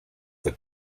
the